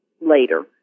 later